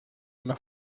una